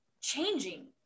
changing